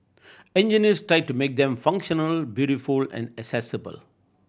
engineers tired to make them functional beautiful and accessible